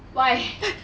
why